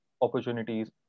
opportunities